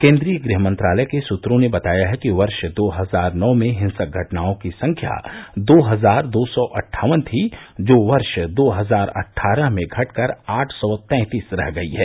केन्द्रीय गृह मंत्रालय के सूत्रों ने बताया है कि वर्ष दो हजार नौ में हिंसक घटनाओं की संख्या दो हजार दो सौ अट्ठावन थी जो वर्ष दो हजार अट्ठारह में घटकर आठ सौ तैंतीस रह गयी है